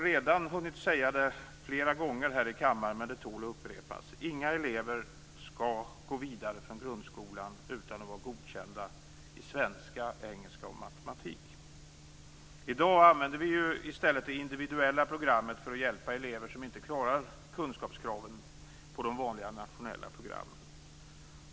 Inga elever skall gå vidare från grundskolan utan att vara godkända i svenska, engelska och matematik. Jag har redan hunnit säga det flera gånger här i kammaren, men det tål att upprepas. I dag använder vi ju det individuella programmet för att hjälpa elever som inte uppfyller kunskapskraven på de vanliga nationella programmen.